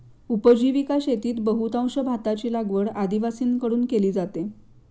उपजीविका शेतीत बहुतांश भाताची लागवड आदिवासींकडून केली जाते